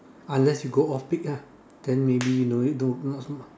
unless you go off peak lah then maybe you no need to not so much